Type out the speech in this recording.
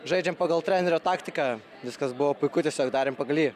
žaidžiam pagal trenerio taktiką viskas buvo puiku tiesiog darėm pagal jį